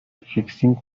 fixing